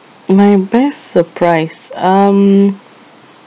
my best surprise um